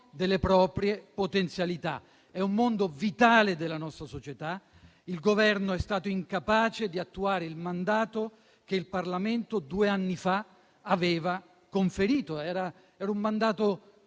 delle proprie potenzialità. È un mondo vitale della nostra società. Il Governo è stato incapace di attuare il mandato che il Parlamento due anni fa aveva conferito. Era un mandato